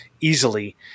easily